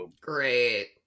Great